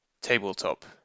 tabletop